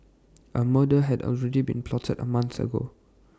A murder had already been plotted A month ago